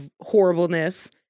horribleness